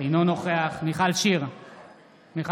אינו נוכח מיכל שיר סגמן,